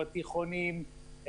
בתיכונים,